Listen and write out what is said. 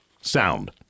sound